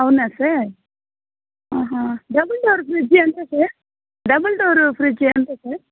అవునా సార్ ఆహా double door fridge ఎంత సార్ డబల్ డోర్ ఫ్రిడ్జ్ ఎంత సార్